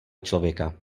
člověka